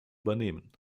übernehmen